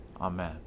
Amen